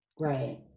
Right